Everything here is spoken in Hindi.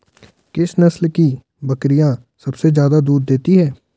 किस नस्ल की बकरीयां सबसे ज्यादा दूध देती हैं?